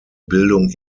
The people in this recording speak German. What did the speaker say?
bildung